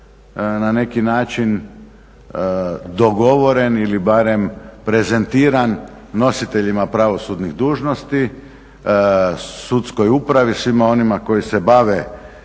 na neki način dogovoren ili barem prezentiram nositeljima pravosudnih dužnosti, sudskoj upravi, svima onima koji se bave